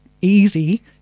easy